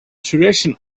tradition